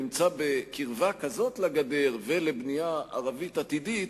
נמצא בקרבה כזו לגדר ולבנייה ערבית עתידית,